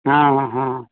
हां हां